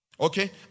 Okay